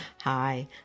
Hi